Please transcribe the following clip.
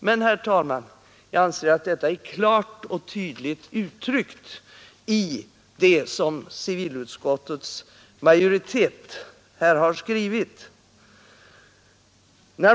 Men, herr talman, jag anser att detta är klart och tydligt uttryckt genom det som civilutskottets majoritet här har skrivit.